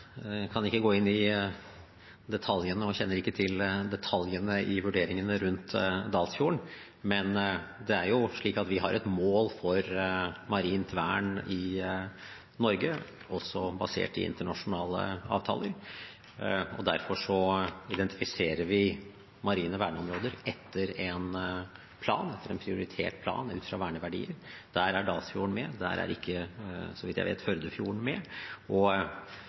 Jeg kan ikke gå inn i detaljene og kjenner ikke til detaljene i vurderingene rundt Dalsfjorden, men vi har et mål for marint vern i Norge, også basert på internasjonale avtaler, og derfor identifiserer vi marine verneområder etter en prioritert plan og ut fra verneverdier. Der er Dalsfjorden med, men der er ikke – så vidt jeg vet – Førdefjorden med.